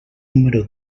número